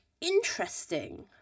interesting